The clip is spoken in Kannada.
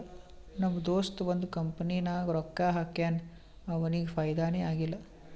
ನಮ್ ದೋಸ್ತ ಒಂದ್ ಕಂಪನಿನಾಗ್ ರೊಕ್ಕಾ ಹಾಕ್ಯಾನ್ ಅವ್ನಿಗ ಫೈದಾನೇ ಆಗಿಲ್ಲ